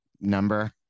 number